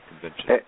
convention